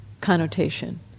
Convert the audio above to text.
connotation